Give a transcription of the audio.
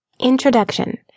Introduction